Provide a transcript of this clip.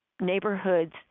neighborhoods